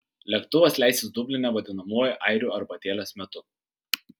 lėktuvas leisis dubline vadinamuoju airių arbatėlės metu